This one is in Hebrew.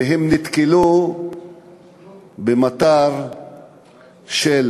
ונתקלו במטר של